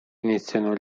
iniziano